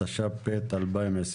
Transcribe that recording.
התשפ"ב 2021